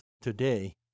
today